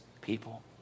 people